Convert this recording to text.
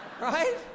Right